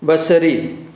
बसरी